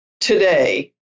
today